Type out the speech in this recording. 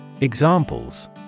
Examples